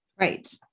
Right